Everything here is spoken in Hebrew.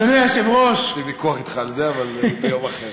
יש לי ויכוח אתך על זה, אבל ביום אחר.